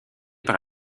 par